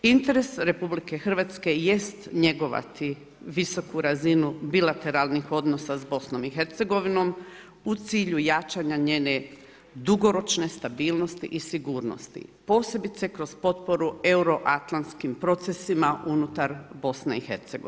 Interes RH jest njegovati visoku razinu bilateralnih odnosa s BiH u cilju jačanja njene dugoročne stabilnosti i sigurnosti, posebice kroz potporu euroatlantskim procesima unutar BiH.